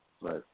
Right